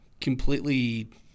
completely